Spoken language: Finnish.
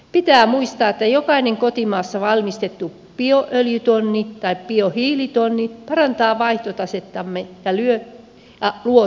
pitää muistaa että jokainen kotimaassa valmistettu bioöljytonni tai biohiilitonni parantaa vaihtotasettamme ja luo työtä tuhansille